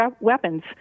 weapons